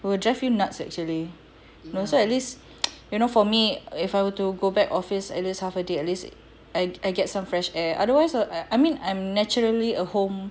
will drive you nuts actually so at least you know for me if I were to go back office at least half a day at least I get some fresh air otherwise I mean I'm naturally a home